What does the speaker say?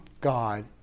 God